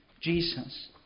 Jesus